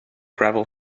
gravel